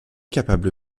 capable